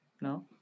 No